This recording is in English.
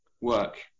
work